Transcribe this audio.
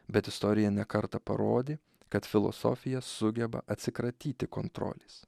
bet istorija ne kartą parodė kad filosofija sugeba atsikratyti kontrolės